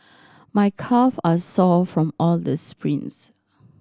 my calve are sore from all the sprints